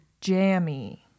Jammy